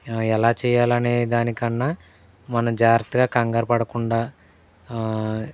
ఎలా చేయాలనే దానికన్నా మనం జాగ్రత్తగా కంగారు పడకుండా